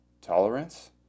tolerance